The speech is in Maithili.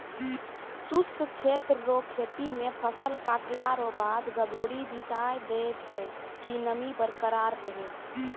शुष्क क्षेत्र रो खेती मे फसल काटला रो बाद गभोरी बिसाय दैय छै कि नमी बरकरार रहै